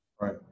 Right